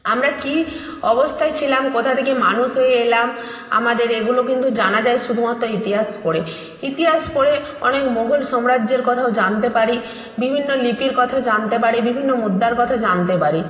আমরা কী অবস্থায় ছিলাম কোথা থেকে মানুষ হয়ে এলাম আমাদের এগুলো কিন্তু জানা যায় শুধুমাত্র ইতিহাস পড়ে ইতিহাস পড়ে অনেক মোঘল সাম্রাজ্যের কথাও জানতে পারি বিভিন্ন লিপির কথা জানতে পারি বিভিন্ন মুদ্রার কথা জানতে পারি